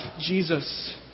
Jesus